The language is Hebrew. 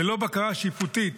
ללא בקרה שיפוטית,